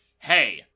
Hey